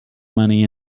money